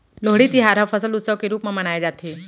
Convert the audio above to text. लोहड़ी तिहार ल फसल उत्सव के रूप म मनाए जाथे